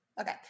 Okay